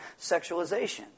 sexualization